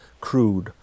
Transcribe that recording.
crude